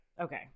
Okay